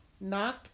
Knock